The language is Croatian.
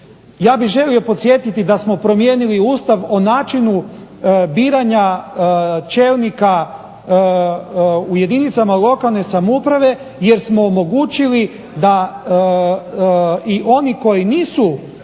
Ja bih želio podsjetiti da smo promijenili Ustav o načinu biranja čelnika u jedinicama lokalne samouprave jer smo omogućili da i oni koji nisu